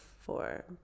four